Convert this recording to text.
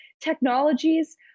technologies